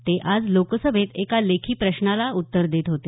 ते आज लोकसभेत एका लेखी प्रश्नाला उत्तर देत होते